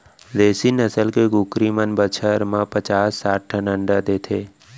देसी नसल के कुकरी मन बछर भर म पचास साठ ठन अंडा देथे